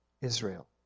Israel